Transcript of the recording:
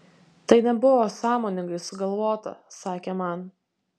tai nebuvo sąmoningai sugalvota sakė man